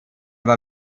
war